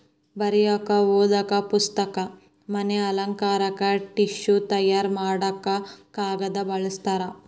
ಬರಿಯಾಕ ಓದು ಪುಸ್ತಕ, ಮನಿ ಅಲಂಕಾರಕ್ಕ ಟಿಷ್ಯು ತಯಾರ ಮಾಡಾಕ ಕಾಗದಾ ಬಳಸ್ತಾರ